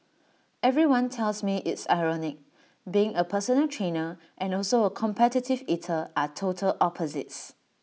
everyone tells me it's ironic being A personal trainer and also A competitive eater are total opposites